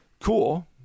cool